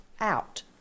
out